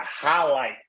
highlight